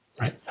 right